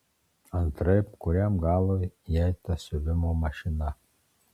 antraip kuriam galui jai ta siuvimo mašina